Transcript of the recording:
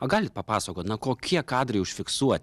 a galit papasakot na kokie kadrai užfiksuoti